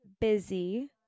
busy